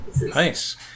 nice